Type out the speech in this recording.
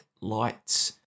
lights